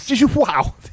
Wow